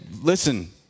listen